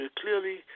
clearly